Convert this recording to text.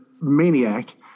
maniac